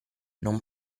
non